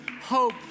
hope